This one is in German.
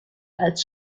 als